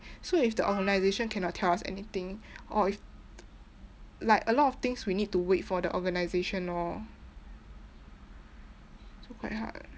so if the organisation cannot tell us anything or if like a lot of things we need to wait for the organisation lor so quite hard